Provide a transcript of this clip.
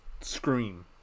Scream